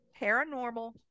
Paranormal